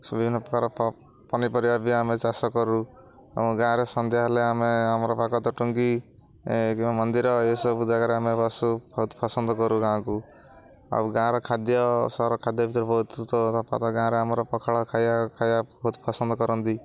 ସବୁ ବିଭିନ୍ନ ପ୍ରକାର ପ ପନିପରିବା ବି ଆମେ ଚାଷ କରୁ ଆମ ଗାଁରେ ସନ୍ଧ୍ୟା ହେଲେ ଆମେ ଆମର ଭାଗବତ ଟୁଙ୍ଗି କିମ୍ବା ମନ୍ଦିର ଏସବୁ ଜାଗାରେ ଆମେ ବାସୁ ବହୁତ ପସନ୍ଦ କରୁ ଗାଁକୁ ଆଉ ଗାଁର ଖାଦ୍ୟ ସହର ଖାଦ୍ୟ ଭିତରେ ବହୁତ ତ ତଫାତ ଗାଁରେ ଆମର ପଖାଳ ଖାଇବା ଖାଇବା ବହୁତ ପସନ୍ଦ କରନ୍ତି